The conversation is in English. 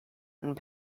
and